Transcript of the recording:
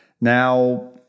now